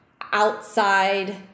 outside